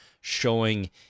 showing